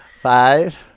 Five